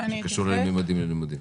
שקשור לממדים ללימודים.